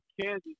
Kansas